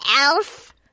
Elf